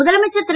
முதலமைச்சர் திரு